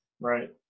Right